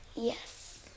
Yes